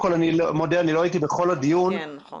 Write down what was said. אני לא יודע להגיד לך אם אנחנו